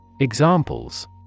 Examples